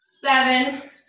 seven